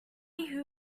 who